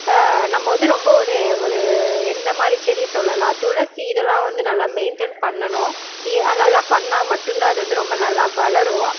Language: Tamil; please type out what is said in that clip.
நம்ம வந்து ரொம்ப ஒரு ஒரு எந்தமாதிரி செடி சொல்லலாம் துளசி இதெல்லாம் வந்து நல்லா மெயின்டைன் பண்ணனும் எ நல்லா பண்ணா மட்டும் தான் அது வந்து ரொம்ப நல்லா வளரும்